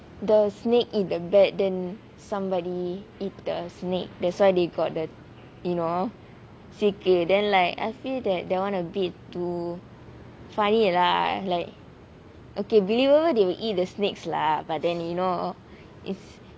the snake eat the bat then somebody eat the snake that's why they got the you know sick then like I feel that that [one] a bit too funny lah like okay believable they will eat the snakes lah but then you know it's